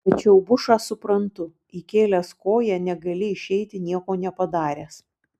tačiau bušą suprantu įkėlęs koją negali išeiti nieko nepadaręs